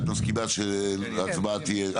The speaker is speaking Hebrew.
את מסכימה שההצבעה תהיה,